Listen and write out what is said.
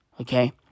okay